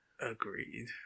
Agreed